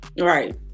Right